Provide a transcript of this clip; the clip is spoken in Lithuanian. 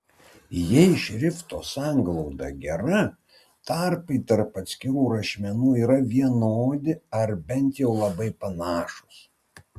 jei šrifto sanglauda gera tarpai tarp atskirų rašmenų yra vienodi ar bent jau labai panašūs